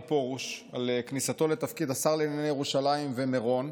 פרוש על כניסתו לתפקיד השר לענייני ירושלים ומירון,